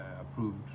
approved